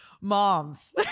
moms